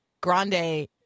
Grande